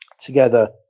Together